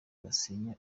basenya